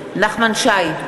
נגד נחמן שי,